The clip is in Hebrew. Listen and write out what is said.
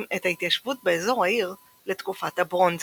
את ההתיישבות באזור העיר לתקופת הברונזה.